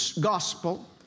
Gospel